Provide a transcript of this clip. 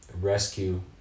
rescue